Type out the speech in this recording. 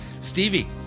Stevie